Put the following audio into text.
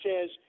says